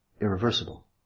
irreversible